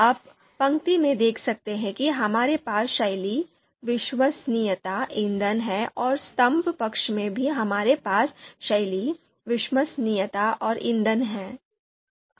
आप पंक्ति में देख सकते हैं कि हमारे पास शैली विश्वसनीयता ईंधन है और स्तंभ पक्ष में भी हमारे पास शैली विश्वसनीयता और ईंधन है